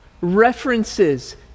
references